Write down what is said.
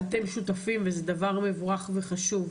ואתם שותפים וזה דבר מבורך וחשוב,